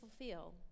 fulfill